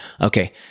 okay